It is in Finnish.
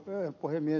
arvoisa puhemies